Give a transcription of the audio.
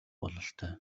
бололтой